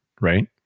right